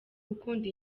gukunda